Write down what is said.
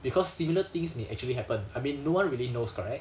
because similar things may actually happen I mean no one really knows correct